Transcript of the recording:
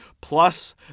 Plus